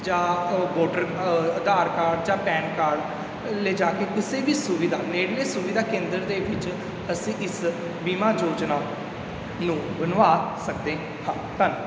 ਜਾ ਅ ਵੋਟਰ ਅ ਆਧਾਰ ਕਾਰਡ ਜਾਂ ਪੈਨ ਕਾਰਡ ਲਿਜਾ ਕੇ ਕਿਸੇ ਵੀ ਸੁਵਿਧਾ ਨੇੜਲੇ ਸੁਵਿਧਾ ਕੇਂਦਰ ਦੇ ਵਿੱਚ ਅਸੀਂ ਇਸ ਬੀਮਾ ਯੋਜਨਾ ਨੂੰ ਬਣਵਾ ਸਕਦੇ ਹਾਂ ਧੰਨਵਾਦ